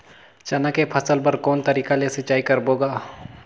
चना के फसल बर कोन तरीका ले सिंचाई करबो गा?